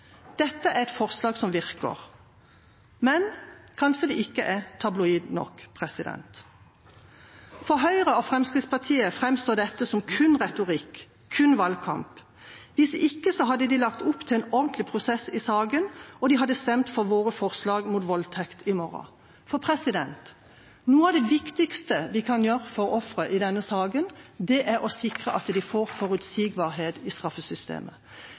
Dette er et forslag som virker. Men kanskje det ikke er tabloid nok? For Høyre og Fremskrittspartiet framstår dette kun som retorikk, kun som valgkamp – hvis ikke hadde de lagt opp til en ordentlig prosess i saken, og de hadde stemt for våre forslag mot voldtekt i salen i morgen. Noe av det viktigste vi kan gjøre for ofre i denne saken, er å sikre at de får forutsigbarhet i straffesystemet.